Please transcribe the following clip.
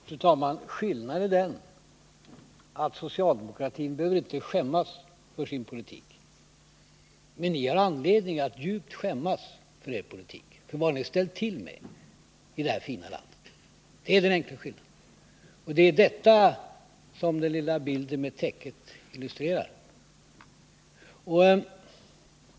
Fru talman! Skillnaden är den att socialdemokratin inte behöver skämmas för sin politik. Men ni har anledning att djupt skämmas för er politik, för vad ni har ställt till med i detta fina land. Det är den enkla skillnaden. Och det är detta som den lilla bilden med täcket illustrerar.